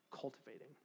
cultivating